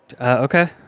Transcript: Okay